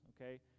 Okay